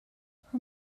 her